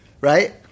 right